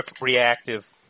reactive